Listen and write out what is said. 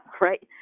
right